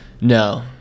No